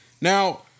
Now